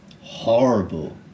horrible